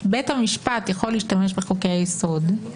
בזכויות אדם,